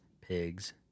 pigs